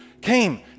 came